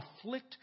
Afflict